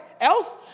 else